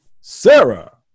Sarah